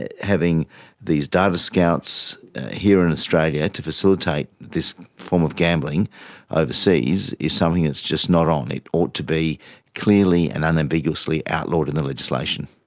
having these data scouts here in australia to facilitate this form of gambling overseas is something that's just not on. it ought to be clearly and unambiguously outlawed in the legislation.